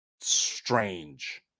strange